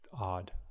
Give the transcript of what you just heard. odd